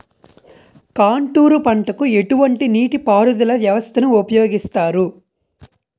Contour పంటకు ఎటువంటి నీటిపారుదల వ్యవస్థను ఉపయోగిస్తారు?